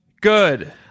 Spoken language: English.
Good